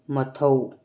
ꯃꯊꯧ